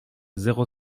zéro